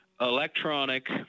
electronic